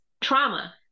trauma